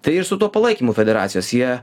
tai ir su tuo palaikymu federacijos jie